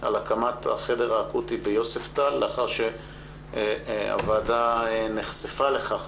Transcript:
על הקמת החדר האקוטי ביוספטל לאחר שהוועדה נחשפה לכך